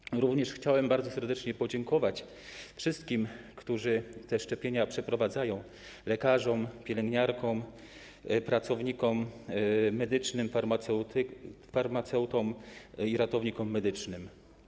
Chciałem również bardzo serdecznie podziękować wszystkim, którzy te szczepienia przeprowadzają: lekarzom, pielęgniarkom, pracownikom medycznym, farmaceutom i ratownikom medycznym.